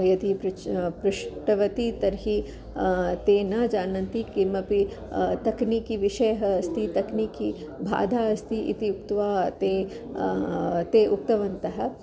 यदि पृच् पृष्टवती तर्हि ते न जानन्ति किमपि तक्नीकिविषयः अस्ति तक्नीकिबाधा अस्ति इति उक्त्वा ते ते उक्तवन्तः